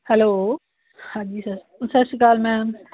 hello ਹਾਂਜੀ ਸੱ ਸਤਿ ਸ਼੍ਰੀ ਅਕਾਲ ਮੈਮ